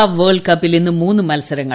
FIFA world കപ്പിൽ ഇന്ന് മൂന്ന് മത്സരങ്ങൾ